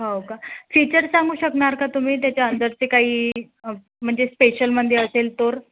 हो का फीचर सांगू शकणार का तुम्ही त्याच्या अंदरचे काही म्हणजे स्पेशलमध्ये असेल तर